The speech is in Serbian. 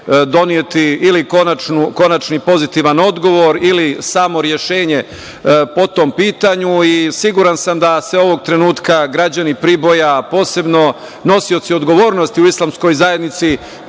doneti ili konačni pozitivan odgovor ili samo rešenje po tom pitanju. Siguran sam da se ovog trenutka građani Priboja, posebno nosioci odgovornosti u islamskoj zajednici,